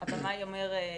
הבמאי אומר: